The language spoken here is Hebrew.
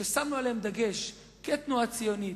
ששמנו עליהם דגש כתנועה ציונית,